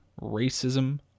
racism